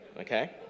okay